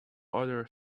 other